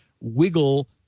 wiggle